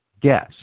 guess